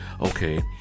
okay